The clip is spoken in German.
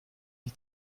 die